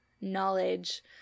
knowledge